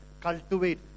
Cultivate